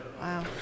Wow